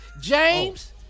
James